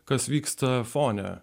kas vyksta fone